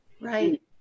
Right